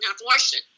abortion